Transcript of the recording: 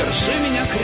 standing at